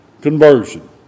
conversion